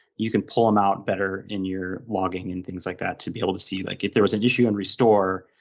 you can pull them out better in your logging and things like that to be able to see. like if there was an issue and restore,